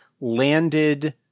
landed